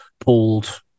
pulled